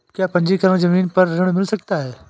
क्या पंजीकरण ज़मीन पर ऋण मिल सकता है?